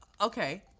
Okay